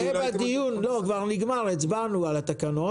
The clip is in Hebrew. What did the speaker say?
תשהה בדיון, כבר נגמר, הצבענו על התקנות.